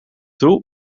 toe